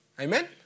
Amen